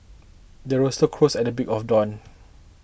the rooster crows at break of dawn